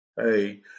Hey